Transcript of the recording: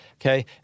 Okay